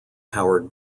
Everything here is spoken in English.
howard